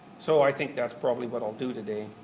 so i think that's probably what i'll do today.